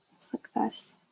Success